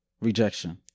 rejection